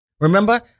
Remember